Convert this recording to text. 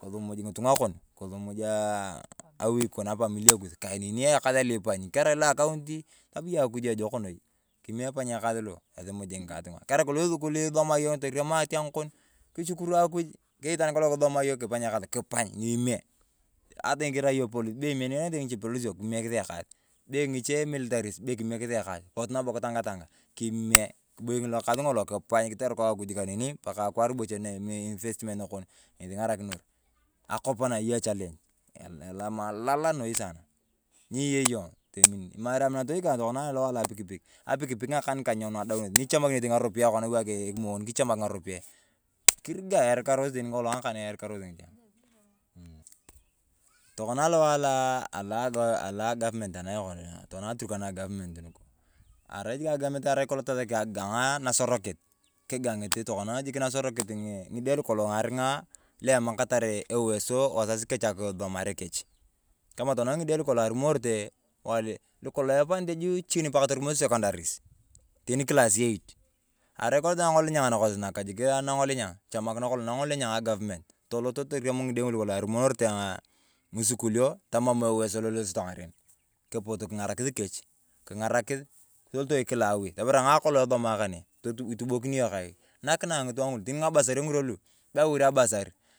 Kisumuj ng’itung’a kon, kisumujaaa awi kon, afamilia kus kaneni ekas aloipany, kerai lo akaunti tamaa yong akuj ejokonoi, kimee ebay ekas lo esumuj ng’ikatung’a. Kerai kolong esukul esomae yong torem ating kon kishukuru a akuj, keyei kolong itwaan kisusomae yong kipany ekas kipany nyimee. Ataa kirai yong polis bee emenete ng’iche kimekis ekas, ng’iche militaris kimekis ekas potu nabo kutangatangaa, kimie, kibokin lo kaas ng’olo kipany kitanukau akuj neni pakaa ekaru bocha lo eminio inipestimenit nakon ng’esi ing’arakinos. Akop na eya chalengit na elal noi sanaa. Ni eyei yong tomin, meere aminato kang tokona alowae alo apikpik. Apikpik ng’akan kang nyenu adaunosi, nyichamakini tani ng’aropiyae kiwaak ekimon kichamak ng’aropiyae, kiriga erikarosi kolong ng’akan erikarosi ng’iting. Tokona alowae alo la agefemenit nayong kona aturkana gafemenitnuku, arai jik agafemenit tosaki akigak nasorokit, kigang’it jik tokona nasorokit, ng’ide lu kolong aring’a emakatar uwero wasasi kechi asisomare kechi. Kamaa tokona ng’ide lu kolong arumonete, lu kolong arumonete, lu kolong afanyete juuu chiini, pauaa torumosi sekondaris, leni kilas eit, arai kolong nang’olenyang nakosi jik nang’olenyang echamakina kolong nang’olenyang agafemenit tolot jikiitorem ng’ide lu kolong arumorete ng’isukulio tamaa eweso lo elosio ng’aren, kepuut king’arakis kechi, keng’arakis tolotoi kila awi tang’a kolong esomae kane, etubokin yong kai nakinae ng’itung’a ng’ulu teni ng’abasari ng’irwa lu be aliwor abasari.